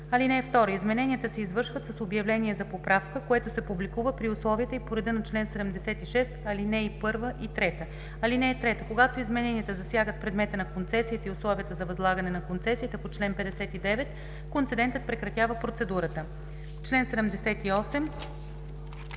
ал. 1. (2) Измененията се извършват с обявление за поправка, което се публикува при условията и по реда на чл. 76, ал. 1 и 3. (3) Когато измененията засягат предмета на концесията и условията за възлагане на концесията по чл. 59, концедентът прекратява процедурата“. По чл.